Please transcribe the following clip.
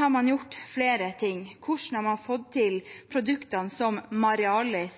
har man gjort flere ting. Hvordan har de fått til produktene som Marealis